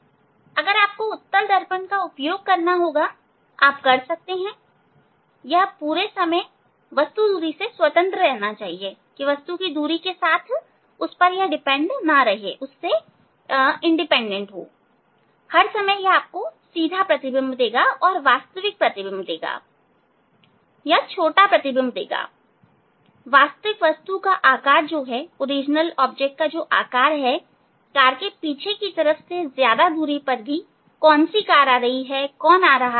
आपको उत्तल दर्पण का उपयोग करना होगा आपको उत्तल दर्पण का उपयोग करना होगा आप कर सकते हैं जिससे पूरे समय यह वस्तु की दूरी से स्वतंत्र रहे हर समय यह आपको सीधा प्रतिबिंब देगा और वास्तविक प्रतिबिंब उसे छोटा प्रतिबिंब देगा वास्तविक वस्तु का आकार कार के पीछे की तरफ से ज्यादा दूरी पर भी कौन सी कार आ रही है कौन आ रहा है